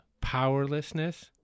powerlessness